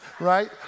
Right